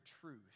truth